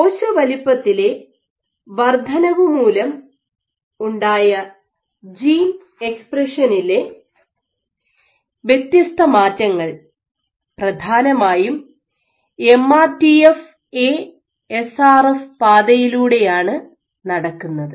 കോശ വലുപ്പത്തിലെ വർദ്ധനവുമൂലം ഉണ്ടായ ജീൻ എക്സ്പ്രഷനിലെ വ്യത്യസ്തമാറ്റങ്ങൾ പ്രധാനമായും എംആർടിഎഫ് എ എസ്ആർഎഫ് പാതയിലൂടെയാണ് നടക്കുന്നത്